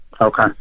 Okay